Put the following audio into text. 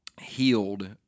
healed